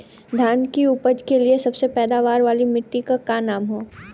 धान की उपज के लिए सबसे पैदावार वाली मिट्टी क का नाम ह?